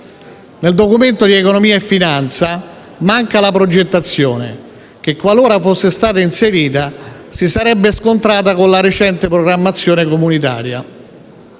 Nel Documento di economia e finanza manca la progettazione che, qualora fosse stata inserita, si sarebbe scontrata con la recente programmazione comunitaria.